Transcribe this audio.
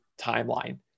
timeline